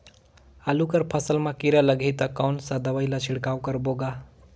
आलू कर फसल मा कीरा लगही ता कौन सा दवाई ला छिड़काव करबो गा?